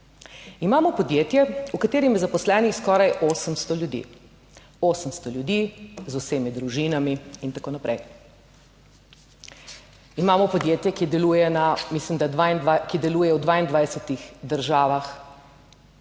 Imamo podjetje, v katerem je zaposlenih skoraj 800 ljudi, 800 ljudi z vsemi družinami in tako naprej. Imamo podjetje, ki deluje na,